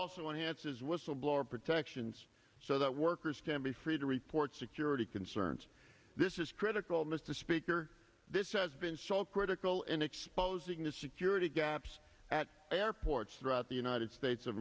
also enhances whistleblower protections so that workers can be free to report security concerns this is critical mr speaker this has been stalled critical in exposing the security gaps at airports throughout the united states of